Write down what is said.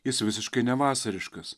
jis visiškai nevasariškas